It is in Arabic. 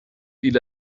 إلى